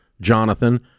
Jonathan